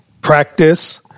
practice